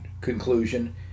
conclusion